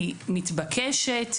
היא מתבקשת,